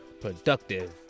productive